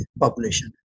population